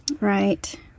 Right